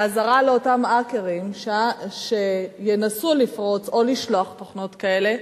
ואזהרה לאותם האקרים שינסו לפרוץ או לשלוח תוכנות כאלה,